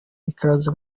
ikaze